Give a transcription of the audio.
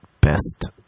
best